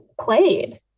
played